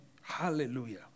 Hallelujah